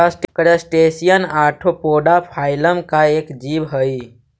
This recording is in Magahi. क्रस्टेशियन ऑर्थोपोडा फाइलम का एक जीव हई